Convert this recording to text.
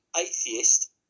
Atheist